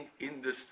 industry